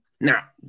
Now